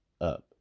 up